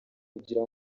kugira